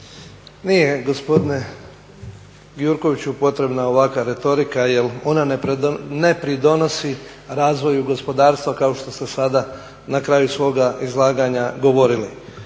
Nije gospodine Gjurkoviću potrebna ovakva retorika jer ona ne pridonosi razvoju gospodarstva kao što ste sada na kraju svoga izlaganja govorili.